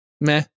Meh